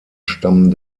stamm